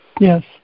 Yes